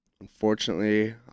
unfortunately